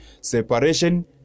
Separation